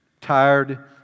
tired